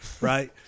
right